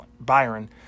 Byron